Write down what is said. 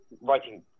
Writing